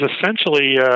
essentially